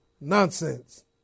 nonsense